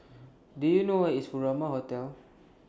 Do YOU know Where IS Furama Hotel